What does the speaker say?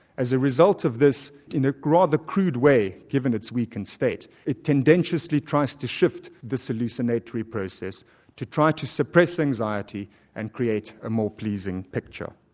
as a result of this, in a rather crude way given its weakened state, it tendentiously tries to shift this hallucinatory process to try to suppress anxiety and create a more pleasing picture.